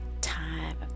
time